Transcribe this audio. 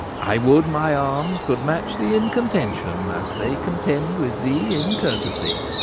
i would my arms could match thee in contention as they contend with thee in courtesy.